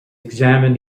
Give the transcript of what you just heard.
examined